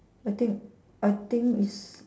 I think I think it's